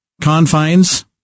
confines